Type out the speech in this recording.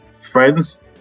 friends